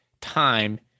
time